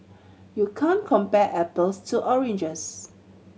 you can't compare apples to oranges